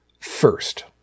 first